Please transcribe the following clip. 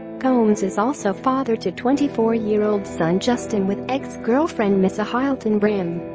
combs is also father to twenty four year old son justin with ex-girlfriend misa hylton-brim